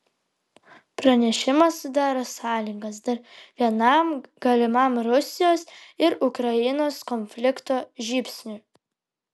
pranešimas sudaro sąlygas dar vienam galimam rusijos ir ukrainos konflikto žybsniui